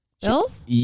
bills